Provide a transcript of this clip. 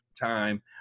time